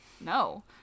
No